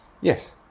Yes